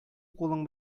кулың